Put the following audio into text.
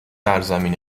سرزمین